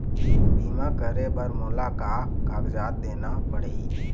बीमा करे बर मोला का कागजात देना पड़ही?